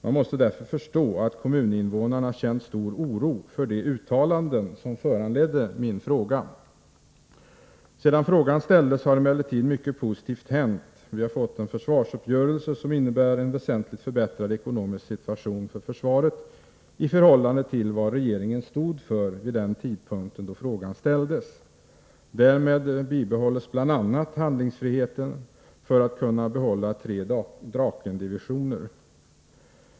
Man måste därför förstå att kommuninvånarna känt stor oro inför de uttalanden som föranledde min fråga. Sedan frågan ställdes har emellertid mycket positivt hänt. Vi har fått en försvarsuppgörelse, som innebär en väsentligt förbättrad ekonomisk situation för försvaret i förhållande till vad regeringen stod för vid den tidpunkt då frågan ställdes. Därmed bibehålls bl.a. handlingsfriheten att behålla tre Drakendivisioner.